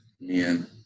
man